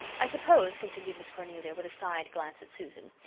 i suppose, continued miss cornelia, with a side glance at susan,